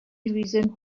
reason